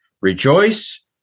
Rejoice